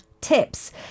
tips